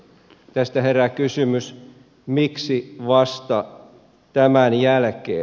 tästä herää kysymys miksi vasta tämän jälkeen